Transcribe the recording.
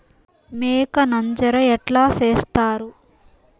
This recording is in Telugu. మేక నంజర ఎట్లా సేస్తారు?